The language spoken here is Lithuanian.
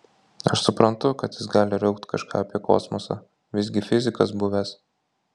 aš suprantu kad jis gali raukt kažką apie kosmosą visgi fizikas buvęs